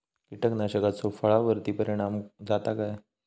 कीटकनाशकाचो फळावर्ती परिणाम जाता काय?